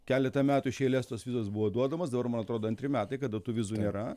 keletą metų iš eilės tos vizos buvo duodamas dabar man atrodo antri metai kada tų vizų nėra